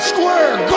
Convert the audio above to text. Square